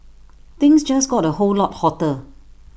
things just got A whole lot hotter